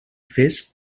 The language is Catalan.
fes